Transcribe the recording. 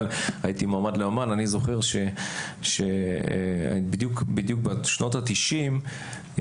אני זוכר שבדיוק בשנות התשעים,